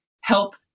help